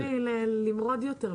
כבר אסור לי למרוד יותר.